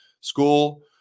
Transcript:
school